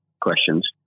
questions